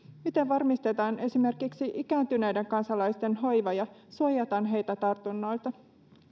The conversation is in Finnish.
miten varmistetaan esimerkiksi ikääntyneiden kansalaisten hoiva ja suojataan heitä tartunnoilta